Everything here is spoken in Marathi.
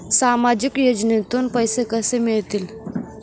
सामाजिक योजनेतून पैसे कसे मिळतील?